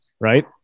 right